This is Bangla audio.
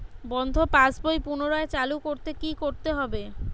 বন্ধ পাশ বই পুনরায় চালু করতে কি করতে হবে?